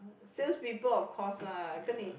sales people of course lah 跟你